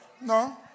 No